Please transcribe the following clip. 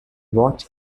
watch